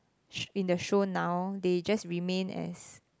sh~ in the show now they just remain as